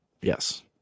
Yes